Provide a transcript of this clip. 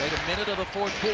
minute of the fourth